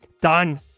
done